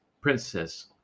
princess